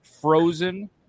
Frozen